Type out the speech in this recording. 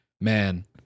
man